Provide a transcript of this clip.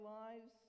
lives